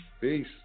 Peace